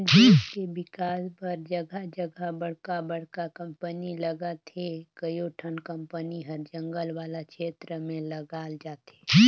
देस के बिकास बर जघा जघा बड़का बड़का कंपनी लगत हे, कयोठन कंपनी हर जंगल वाला छेत्र में लगाल जाथे